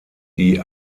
die